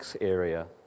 area